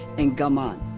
and gaman,